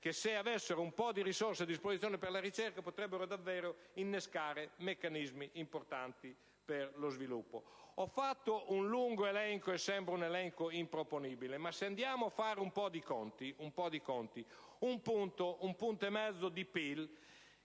che se avessero un po' di risorse a disposizione per la ricerca potrebbero davvero innescare meccanismi importanti per lo sviluppo. Ho fatto un lungo elenco che sembra improponibile, ma se andiamo a fare un po' di conti, un punto o un punto